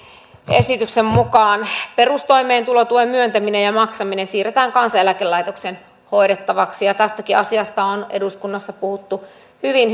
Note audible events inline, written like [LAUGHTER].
esityksen mukaan perustoimeentulotuen myöntäminen ja maksaminen siirretään kansaneläkelaitoksen hoidettavaksi ja tästäkin asiasta on eduskunnassa puhuttu hyvin [UNINTELLIGIBLE]